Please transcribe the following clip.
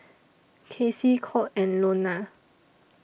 Kacie Colt and Lonna